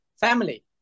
family